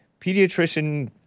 pediatrician